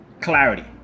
clarity